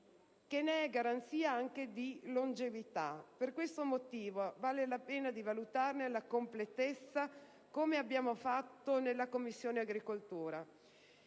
che ne é garanzia di longevità. Per questo motivo, vale la pena di valutarne la completezza, come abbiamo fatto in Commissione agricoltura.